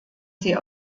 sie